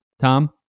Tom